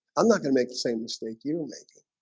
i'm not gonna make the same mistake you're making